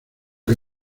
que